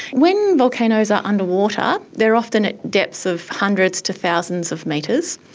when volcanoes are underwater, they are often at depths of hundreds to thousands of metres,